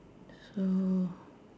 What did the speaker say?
so